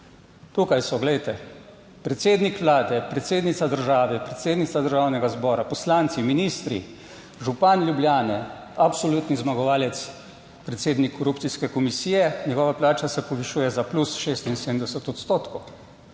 Tukaj so, glejte: predsednik Vlade, predsednica države, predsednica Državnega zbora, poslanci, ministri, župan Ljubljane, absolutni zmagovalec predsednik korupcijske komisije, njegova plača se povišuje za plus 76 odstotkov,